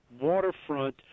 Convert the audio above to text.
waterfront